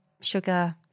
sugar